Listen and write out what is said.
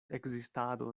ekzistado